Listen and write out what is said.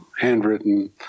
handwritten